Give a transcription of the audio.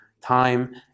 time